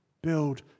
build